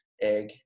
egg